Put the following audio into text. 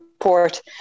report